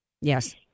Yes